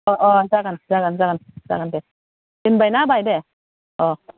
अ अ जागोन जागोन जागोन जागोन दे दोनबायना बाय दे अ